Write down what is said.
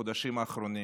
בחודשים האחרונים.